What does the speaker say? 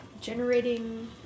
generating